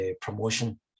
promotion